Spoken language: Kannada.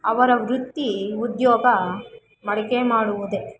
ಅವರ ವೃತ್ತಿ ಉದ್ಯೋಗ ಮಡಕೆ ಮಾಡುವುದೇ